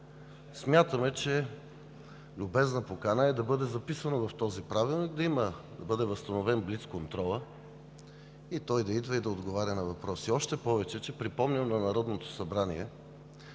смятаме, че любезна покана е да бъде записано в този правилник да бъде възстановен блицконтролът и той да идва и да отговаря на въпроси. Още повече, припомням на Народното събрание